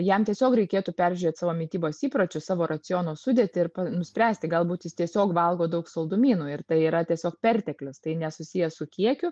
jam tiesiog reikėtų peržiūrėt savo mitybos įpročius savo raciono sudėtį ir nuspręsti galbūt jis tiesiog valgo daug saldumynų ir tai yra tiesiog perteklius tai nesusiję su kiekiu